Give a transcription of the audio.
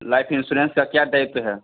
life insurance का क्या दायित्व है